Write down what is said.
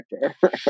character